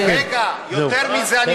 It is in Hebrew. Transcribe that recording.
יותר מזה,